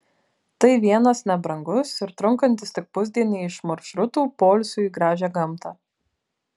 tai vienas nebrangus ir trunkantis tik pusdienį iš maršrutų poilsiui į gražią gamtą